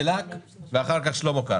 חבר הכנסת בליאק ואחר כך חבר הכנסת שלמה קרעי.